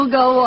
go